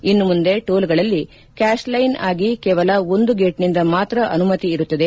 ಇನ್ನು ಮುಂದೆ ಟೋಲ್ಗಳಲ್ಲಿ ಕ್ಕಾಶ್ ಲೈನ್ ಆಗಿ ಕೇವಲ ಒಂದು ಗೇಟ್ನಿಂದ ಮಾತ್ರ ಅನುಮತಿ ಇರುತ್ತದೆ